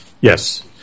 Yes